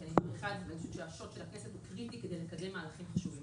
כי אני חושבת שהקול של הכנסת הוא קריטי כדי לקדם מהלכים חשובים,